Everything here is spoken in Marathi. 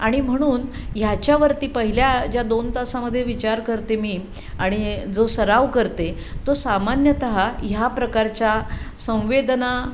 आणि म्हणून ह्याच्यावरती पहिल्या ज्या दोन तासामध्ये विचार करते मी आणि जो सराव करते तो सामान्यतः ह्या प्रकारच्या संवेदना